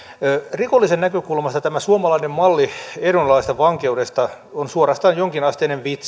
rikollisen näkökulmasta tämä suomalainen malli ehdonalaisesta vankeudesta on suorastaan jonkinasteinen vitsi